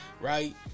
right